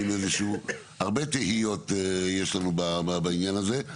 הרבה תהיות יש לנו בעניין הזה.